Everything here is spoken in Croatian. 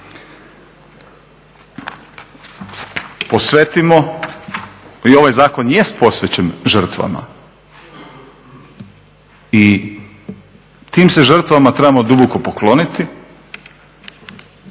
Posvetimo i ovaj zakon jest posvećen žrtvama. I tim se žrtvama trebamo duboko pokloniti.